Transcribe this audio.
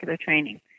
training